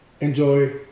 enjoy